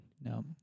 No